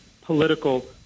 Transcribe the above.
political